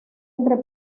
entre